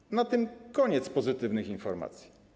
I na tym koniec pozytywnych informacji.